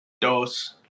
Dos